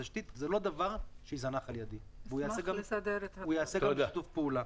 התשתית זה לא דבר שייזנח על ידי והוא ייעשה בשיתוף פעולה.